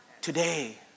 today